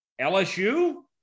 LSU